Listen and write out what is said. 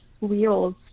wheels